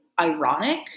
ironic